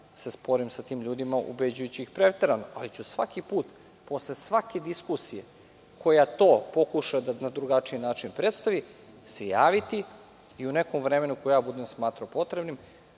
se sporim sa tim ljudima, ubeđujući ih preterano, ali ću se svaki put, posle svake diskusije koja to pokuša da na drugačiji način predstavi, javiti i u nekom vremenu koje ja budem smatrao potrebnim